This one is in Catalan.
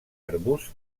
arbusts